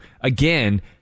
again